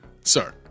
sir